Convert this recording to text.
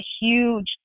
huge